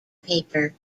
paper